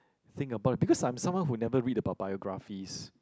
think about because I'm someone who never read about biographies